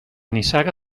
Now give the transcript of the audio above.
nissaga